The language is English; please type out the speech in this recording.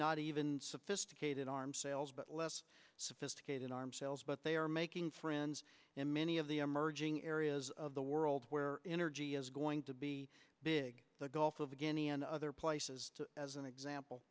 not even sophisticated arms sales but less sophisticated arms sales but they are making friends in many of the emerging areas of the world where energy is going to be big gulf of guinea and other places as an example